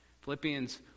Philippians